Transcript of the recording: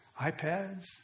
iPads